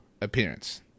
appearance